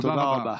תודה רבה.